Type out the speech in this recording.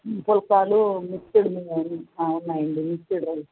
పుల్కాలు మిక్స్డ్వి ఉన్నాయి అండి మిక్స్డ్ రైస్